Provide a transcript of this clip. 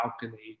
balcony